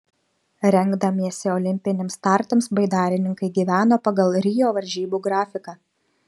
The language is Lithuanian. rengdamiesi olimpiniams startams baidarininkai gyveno pagal rio varžybų grafiką